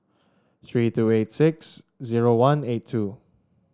three two eight six zero one eight two